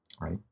right